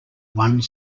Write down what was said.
one